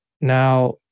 Now